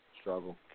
Struggle